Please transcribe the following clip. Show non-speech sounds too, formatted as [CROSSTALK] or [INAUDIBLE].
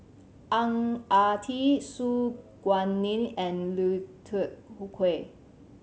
Ang Ah Tee Su Guaning and Lui Tuck [UNINTELLIGIBLE]